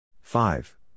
Five